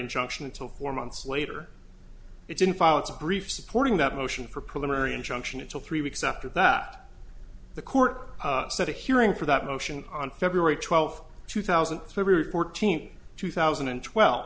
injunction until four months later it didn't file its brief supporting that motion for preliminary injunction until three weeks after that the court set a hearing for that motion on february twelfth two thousand and three fourteen two thousand and twelve